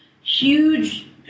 huge